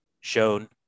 shown